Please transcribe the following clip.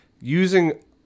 using